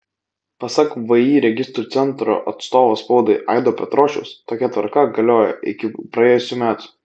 pasak vį registrų centro atstovo spaudai aido petrošiaus tokia tvarka galiojo iki praėjusių metų